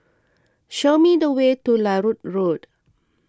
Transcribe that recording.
show me the way to Larut Road